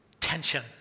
tension